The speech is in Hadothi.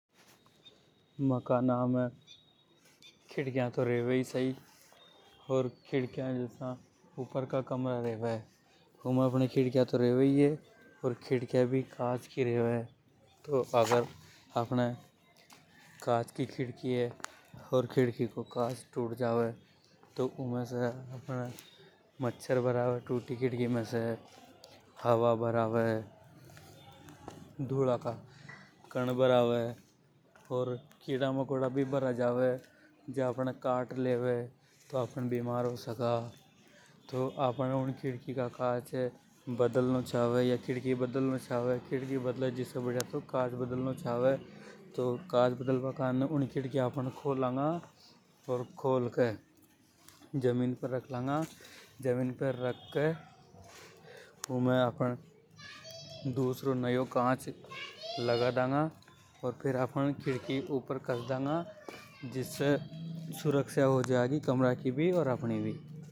मकाना में खिड़किया तो रेवे ही हे ओर जसा की अद्दर को कमरों रेवे। तो उमें खिड़किया तो कांच की रेवे ही हे ,कांच की खिड़की हे ओर खिड़की को कांच टूट जावे। तो टूटी खिड़की में से मच्छर भरावे, हवा भरावे, धुला का कण भरावे। अर कीड़ा मकोड़ा भी भरा जावे के आपन ये काट लेवे। तो आपन बीमार हो सका, तो आपहने ऊ खिड़की को कांच ये सुधारनी चावे। ओर खोल के जमीन पे रख लांगा। जमीन पे रख के उमें दूसरों कांच बदल डांगा, अर फेर आपन ऊ खिड़की ये कस डांगा। जिसे सुरक्षा हो जागी अपनी भी ओर कमरा की।